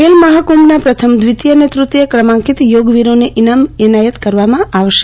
ખેલ મહાકુંભના પ્રથમ દ્વીતીય અને તૃતીય કંઢરમાંકિત યોગવીરોને ઈનામ એનાયત કરાશે